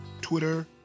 Twitter